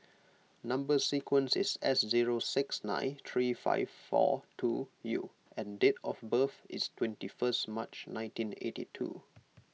Number Sequence is S zero six nine three five four two U and date of birth is twenty first March nineteen eighty two